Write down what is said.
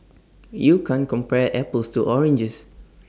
you can't compare apples to oranges